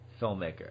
filmmaker